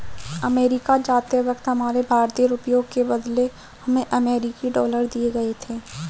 America जाते वक्त हमारे भारतीय रुपयों के बदले हमें अमरीकी डॉलर दिए गए थे